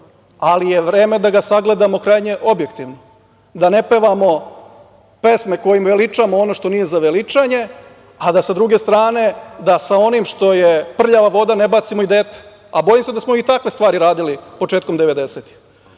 ali je vreme da ga sagledamo krajnje objektivno, da ne pevamo pesme kojima veličamo ono što nije za veličanje, a da sa druge strane sa onim što je prljava voda ne bacimo i dete. Bojim se da smo i takve stvari radili početkom